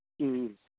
ꯎꯝ